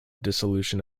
dissolution